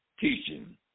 teaching